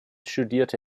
studierte